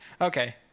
Okay